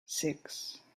six